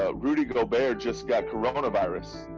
ah rudy gobert just got coronavirus,